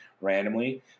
randomly